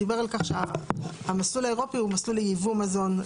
דיבר על כך שהמסלול האירופי הוא מסלול לייבוא מזון.